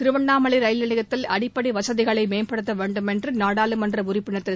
Tiruvannamalai rail நிலையத்தில் அடிப்படை வசதிகளை மேம்படுத்த வேண்டும் என்று நாடாளுமன்ற உறுப்பினர் திரு